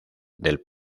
del